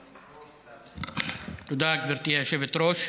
תודה, גברתי היושבת-ראש.